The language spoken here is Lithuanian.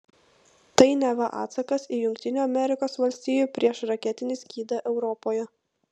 tai neva atsakas į jungtinių amerikos valstijų priešraketinį skydą europoje